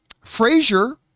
Frazier